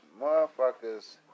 motherfuckers